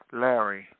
Larry